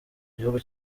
gihugu